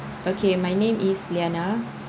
okay my name is liana